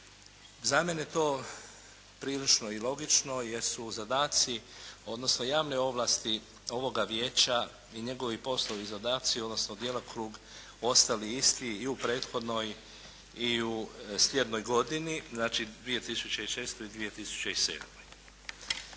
Za mene to prilično i logično jesu zadaci, odnosno javne ovlasti ovoga Vijeća i njegovi poslovi i zadaci, odnosno djelokrug ostali isti i u prethodnoj i u sljednoj godini, znači 2006., 2007.